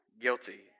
guilty